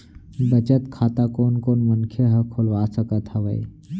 बचत खाता कोन कोन मनखे ह खोलवा सकत हवे?